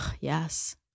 Yes